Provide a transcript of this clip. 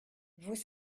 vous